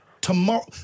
tomorrow